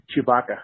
Chewbacca